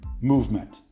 movement